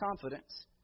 confidence